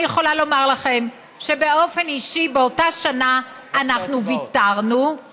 אני יכולה לומר לכם שבאופן אישי באותה שנה אנחנו ויתרנו,